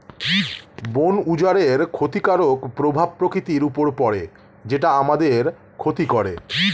বন উজাড়ের ক্ষতিকারক প্রভাব প্রকৃতির উপর পড়ে যেটা আমাদের ক্ষতি করে